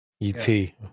ET